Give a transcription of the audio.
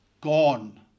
gone